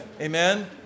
Amen